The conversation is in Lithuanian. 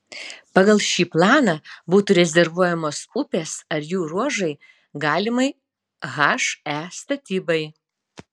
pagal šį planą būtų rezervuojamos upės ar jų ruožai galimai he statybai